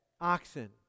oxen